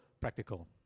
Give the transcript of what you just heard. practical